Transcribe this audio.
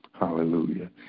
Hallelujah